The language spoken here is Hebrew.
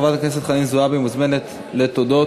חברת הכנסת חנין זועבי מוזמנת לתודות,